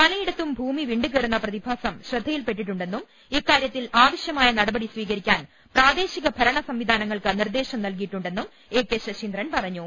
പലയിടത്തും ഭൂമി വിണ്ടുകീറുന്ന പ്രതി ഭാസം ശ്രദ്ധയിൽപ്പെട്ടിട്ടുണ്ടെന്നും ഇക്കാര്യത്തിൽ ആവശ്യ മായ നടപടി സ്വീകരിക്കാൻ പ്രാദേശിക ഭരണസംവിധാന ങ്ങൾക്ക് നിർദ്ദേശം നൽകിയിട്ടുണ്ടെന്നും എ കെ ശശീന്ദ്രൻ പറഞ്ഞു